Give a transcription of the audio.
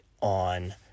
on